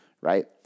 right